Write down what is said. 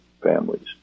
families